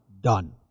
done